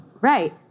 Right